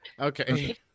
Okay